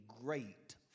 great